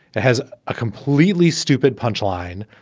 it has a completely stupid punch line.